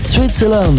Switzerland